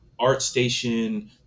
ArtStation